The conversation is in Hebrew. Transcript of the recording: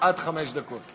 עד חמש דקות.